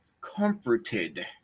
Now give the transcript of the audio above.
comforted